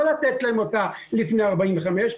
לא לתת להם אותה לפני 45,